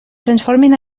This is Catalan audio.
transformin